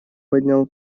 поднял